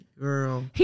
Girl